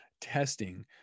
testing